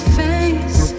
face